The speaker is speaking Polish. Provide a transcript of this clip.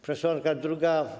Przesłanka druga.